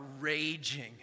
raging